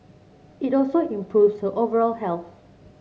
it also improves her overall health